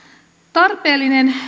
tarpeellinen